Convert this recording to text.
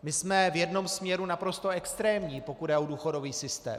My jsme v jednom směru naprosto extrémní, pokud jde o důchodový systém.